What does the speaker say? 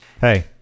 Hey